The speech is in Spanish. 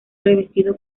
revestido